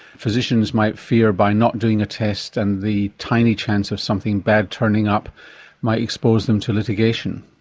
physicians might fear by not doing a test and the tiny chance of something bad turning up might expose them to litigation.